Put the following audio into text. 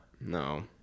No